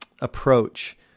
approach